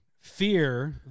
Fear